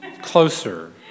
closer